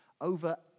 Over